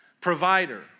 Provider